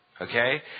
okay